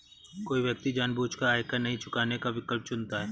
कोई व्यक्ति जानबूझकर आयकर नहीं चुकाने का विकल्प चुनता है